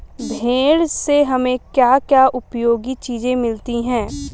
भेड़ से हमें क्या क्या उपयोगी चीजें मिलती हैं?